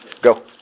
Go